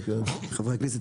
חברי הכנסת,